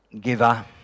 giver